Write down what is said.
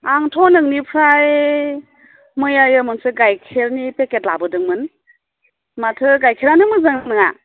आंथ' नोंनिफ्राय मैयासो मोनसे गाइखेरनि पाकेट लाबोदोंमोन माथो गाइखेरा नो मोजां नोङा